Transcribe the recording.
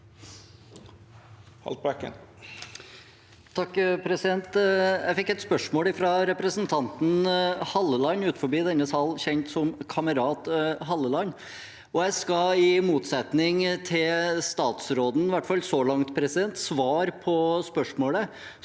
Jeg fikk et spørs- mål fra representanten Halleland, utenfor denne salen kjent som kamerat Halleland, og jeg skal – i motsetning til statsråden, i hvert